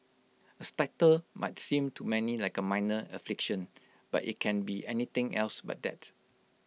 A stutter might seem to many like A minor affliction but IT can be anything else but that